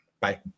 Bye